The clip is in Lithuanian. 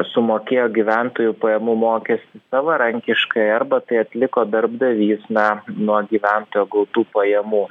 sumokėjo gyventojų pajamų mokestį savarankiškai arba tai atliko darbdavys na nuo gyventojo gautų pajamų